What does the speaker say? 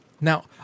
Now